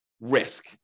risk